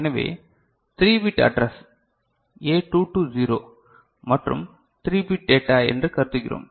எனவே 3 bit address A 2 to 0 மற்றும் 3 bit data என்று கருதுகிறோம்